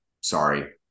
Sorry